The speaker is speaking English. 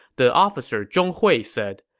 the officer zhong hui said,